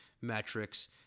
metrics